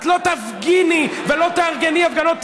את לא תפגיני ולא תארגני הפגנות.